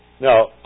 Now